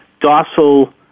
docile